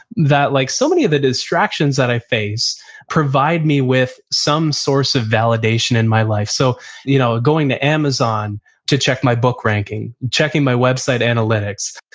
that like so many of the distractions that i face provide me with some source of validation in my life. so you know going to amazon to check my book ranking, checking my website analytics.